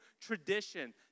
tradition